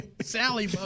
Sally